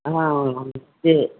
हाँ से